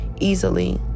easily